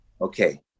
Okay